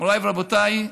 מוריי ורבותיי,